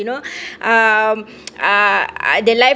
you know um uh the